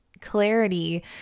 Clarity